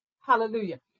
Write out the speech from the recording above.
Hallelujah